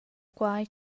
quai